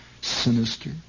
sinister